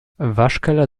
waschkeller